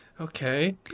Okay